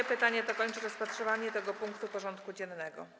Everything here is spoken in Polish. To pytanie kończy rozpatrywanie tego punktu porządku dziennego.